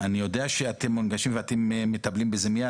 אני יודע שאתם מונגשים ואתם מטפלים בזה מייד.